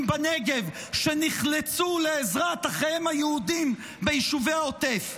בנגב שנחלצו לעזרת אחיהם היהודים ביישובי העוטף?